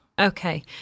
Okay